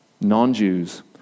non-Jews